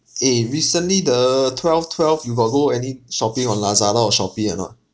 eh recently the twelve twelve you got go any shopping on Lazada Shopee or not